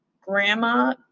grandma